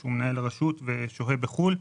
שהוא מנהל הרשות והוא כרגע שוהה בחו"ל.